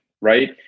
right